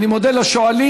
אני מודה לשואלים.